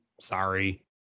Sorry